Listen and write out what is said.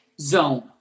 zone